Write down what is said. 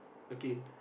okay